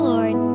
Lord